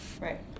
Right